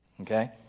okay